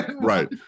right